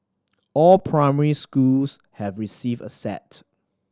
all primary schools have received a set